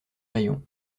rayons